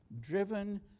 Driven